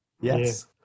Yes